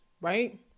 right